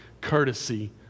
courtesy